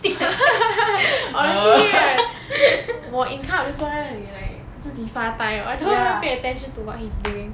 honestly right 我 in car 我就坐在那里的 like 自己发呆 I don't even pay attention to what he's doing